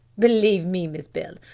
believe me, miss beale,